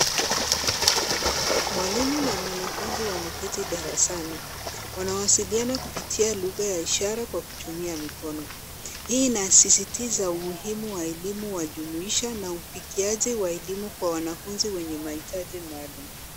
Mwalimu na mwanafunzi wameketi darasani. Wanawasiliana kupitia lugha ya ishara kwa kutumia mikono. Hii inasisitiza umuhimu wa elimu ya jumuisha na ufikiaji wa elimu kwa wanafunzi wenye mahitaji maalum.